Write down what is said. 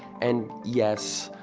and yes,